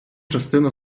частину